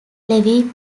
levi